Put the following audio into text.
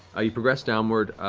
you progress downward.